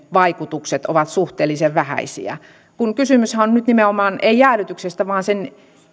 vaikutukset ovat suhteellisen vähäisiä kun kysymyshän ei nyt nimenomaan ole jäädytyksestä vaan sen